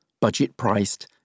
...budget-priced